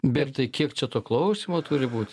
bet tai kiek čia to klausymo turi būt